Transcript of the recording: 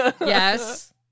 Yes